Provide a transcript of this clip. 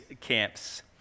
camps